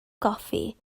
goffi